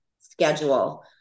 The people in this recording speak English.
schedule